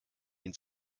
ins